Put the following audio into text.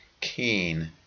keen